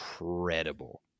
incredible